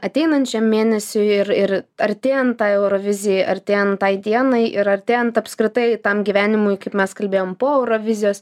ateinančiam mėnesiui ir ir artėjant eurovizijai artėjant tai dienai ir artėjant apskritai tam gyvenimui kaip mes kalbėjom po eurovizijos